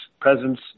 presence